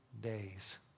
days